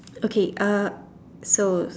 okay uh so